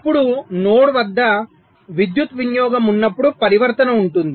ఇప్పుడు నోడ్ వద్ద విద్యుత్ వినియోగం ఉన్నప్పుడు పరివర్తన ఉంటుంది